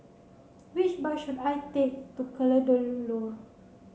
which bus should I take to